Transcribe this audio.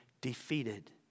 defeated